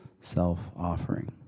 self-offering